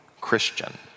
Christian